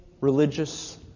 religious